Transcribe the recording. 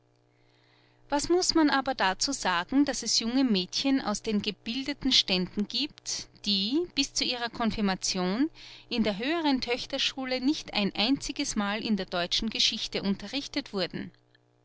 was muß man aber dazu sagen das es junge mädchen aus den gebildeten ständen gibt die bis zu ihrer confirmation in der höheren töchterschule nicht ein einzigesmal in der deutschen geschichte unterrichtet wurden